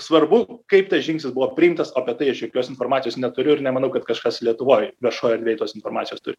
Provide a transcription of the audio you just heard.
svarbu kaip tas žingsnis buvo priimtas apie tai aš jokios informacijos neturiu ir nemanau kad kažkas lietuvoj viešoj erdvėj tos informacijos turi